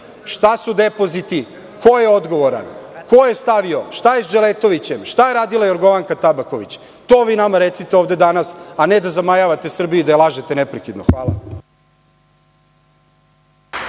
šta su depoziti, ko je odgovoran, ko je stavio, šta je sa Dželetovićem, šta je radila Jorgovanka Tabaković? To bi nama recite ovde danas, a ne da zamajavate Srbiju i da je lažete neprekidno. Hvala.